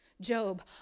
Job